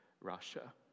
Russia